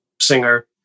singer